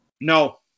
No